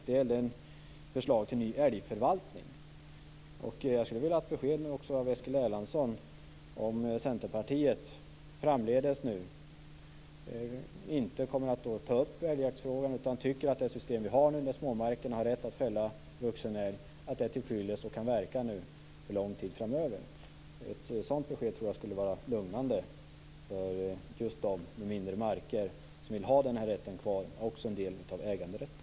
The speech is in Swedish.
Det gäller förslaget till ny älgförvaltning. Jag skulle vilja ha ett besked nu också av Eskil Erlandsson: Kommer Centerpartiet framdeles inte att ta upp älgjaktsfrågan, utan tycker man att det system vi har nu, där man på småmarkerna har rätt att fälla vuxen älg, är tillfyllest? Kan man låta det verka nu för lång tid framöver? Ett sådant besked tror jag skulle vara lugnande för dem med mindre marker som vill ha den här rätten kvar, också som en del av äganderätten.